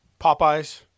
Popeyes